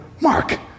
Mark